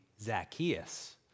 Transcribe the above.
Zacchaeus